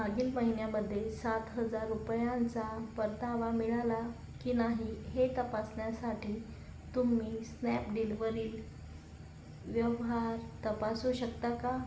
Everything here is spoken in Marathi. मागील महिन्यामध्ये सात हजार रुपयांचा परतावा मिळाला की नाही हे तपासण्यासाठी तुम्ही स्नॅपडीलवरील व्यवहार तपासू शकता का